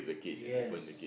yes